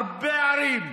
בהרבה ערים,